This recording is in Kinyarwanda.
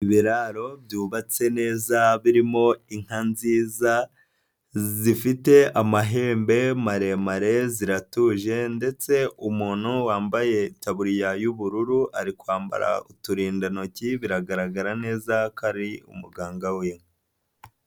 Ibiraro byubatse neza birimo inka nziza zifite amahembe maremare, ziratuje ndetse umuntu wambaye taburiya y'ubururu ari kwambara uturindantoki biragaragara neza ko ari umuganga w'inka.